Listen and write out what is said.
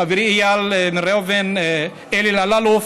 חברי איל בן ראובן ואלי אלאלוף,